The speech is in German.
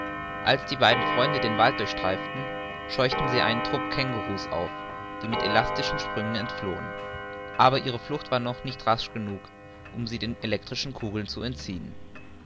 als die beiden freunde den wald durchstreiften scheuchten sie einen trupp kängurus auf die mit elastischen sprüngen entflohen aber ihre flucht war doch nicht rasch genug um sie den elektrischen kugeln zu entziehen